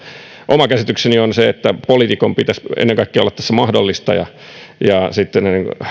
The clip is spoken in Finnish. oma käsitykseni on se että poliitikon pitäisi olla ennen kaikkea mahdollistaja ja sitten